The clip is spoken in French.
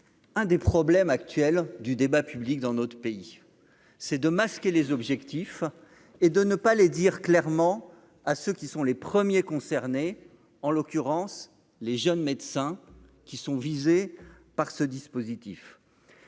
un des problèmes actuels du débat public dans notre pays, c'est de masquer les objectifs et de ne pas le dire clairement à ceux qui sont les premiers concernés, en l'occurrence les jeunes médecins qui sont visés par ce dispositif.